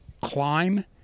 climb